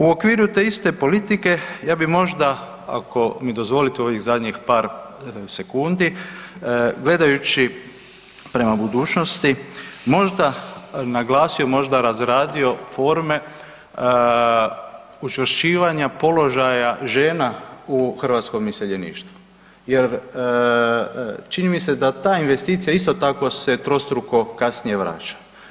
U okviru te iste politike, ja bi možda ako mi dozvolite u ovih zadnjih par sekundi, gledajući prema budućnosti možda naglasio, možda razradio forme učvršćivanja položaja žena u hrvatskom iseljeništvu jer čini mi se da ta investicija isto tako se trostruko kasnije vraća.